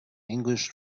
english